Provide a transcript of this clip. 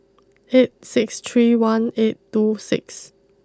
eight six three one eight two six